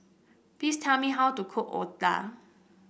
please tell me how to cook otah